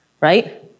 right